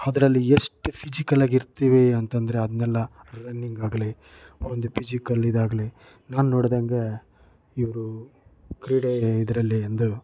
ಅದರಲ್ಲಿ ಎಷ್ಟು ಫಿಜಿಕಲ್ಲಾಗಿರ್ತೀವಿ ಅಂತಂದರೆ ಅದನ್ನೆಲ್ಲ ರನ್ನಿಂಗಾಗಲಿ ಒಂದು ಫಿಜಿಕಲ್ ಇದಾಗಲಿ ನಾನು ನೋಡಿದಂಗೆ ಇವರು ಕ್ರೀಡೆ ಇದರಲ್ಲಿ ಒಂದು